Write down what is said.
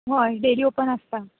हय daily open आसता